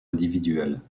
individuelle